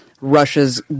Russia's